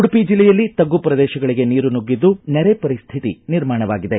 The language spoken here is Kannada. ಉಡುಪಿ ಜಿಲ್ಲೆಯಲ್ಲಿ ತಗ್ಗು ಪ್ರದೇಶಗಳಿಗೆ ನೀರು ನುಗ್ಗಿದ್ದು ನೆರೆ ಪರಿಸ್ಟಿತಿ ನಿರ್ಮಾಣವಾಗಿದೆ